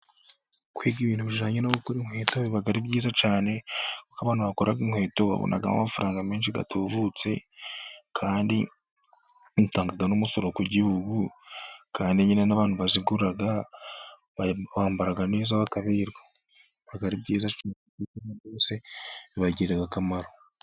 Kwiga ibintu bijyanye no gukora inkweto biba ari byiza cyane, kuko abantu bakora inkweto babonamo amafaranga menshi atubutse, kandi batanga n'umusoro ku gihugu. Kandi nyine n'abantu bazigura bambara neza bakaberwa, biba ari byiza cyane kuko abantu bose bibagirira akamaro.